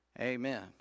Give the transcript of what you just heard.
Amen